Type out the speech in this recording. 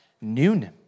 noon